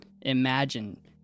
imagine